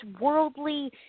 worldly